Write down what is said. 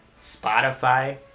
spotify